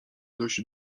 dość